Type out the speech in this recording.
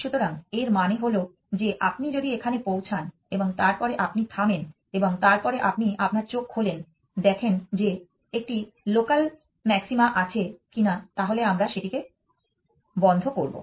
সুতরাং এর মানে হল যে আপনি যদি এখানে পৌঁছান এবং তারপরে আপনি থামেন এবং তারপরে আপনি আপনার চোখ খোলেন দেখেন যে একটি লোকাল ম্যাক্সিমা আছে কিনা তাহলে আমরা সেটিকে স্বন্ধ করব